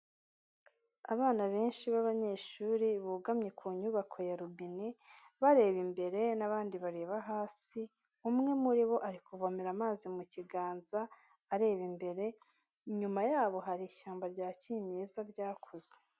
Abana benshi b'abanyeshuri bugamye ku nyubako ya robine bareba imbere n'abandi bareba hasi, umwe muri bo ari kuvomera amazi mu kiganza areba imbere, inyuma yabo hari ishyamba rya kimeza ryakuze.